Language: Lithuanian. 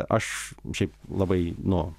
aš šiaip labai nu